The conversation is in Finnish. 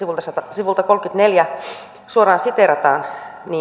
sivulta kolmeenkymmeneenneljään suoraan siteerataan